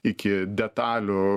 iki detalių